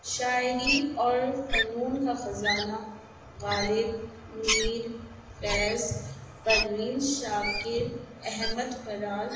شاعری اور فنون کا خزانہ غالب میر فیض پروین شاکر احمد فراز